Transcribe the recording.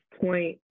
point